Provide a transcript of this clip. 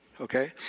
Okay